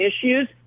issues